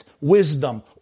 wisdom